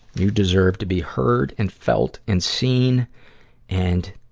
you deserve to be heard and felt and seen and